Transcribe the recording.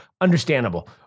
Understandable